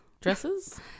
Dresses